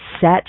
set